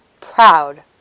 proud